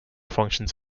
functions